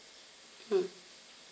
mm